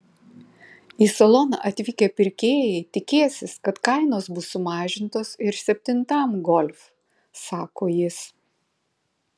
į saloną atvykę pirkėjai tikėsis kad kainos bus sumažintos ir septintam golf sako jis